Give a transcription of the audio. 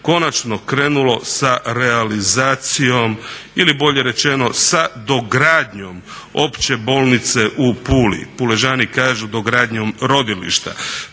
konačno krenulo sa realizacijom ili bolje rečeno sa dogradnjom Opće bolnice u Puli. Puležani kažu dogradnjom rodilišta.